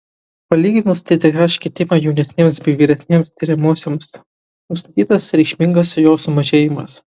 palyginus tth kitimą jaunesnėms bei vyresnėms tiriamosioms nustatytas reikšmingas jo sumažėjimas